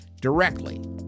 directly